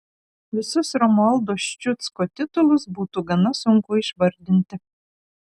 visus romualdo ščiucko titulus būtų gana sunku išvardinti